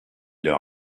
leur